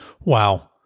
Wow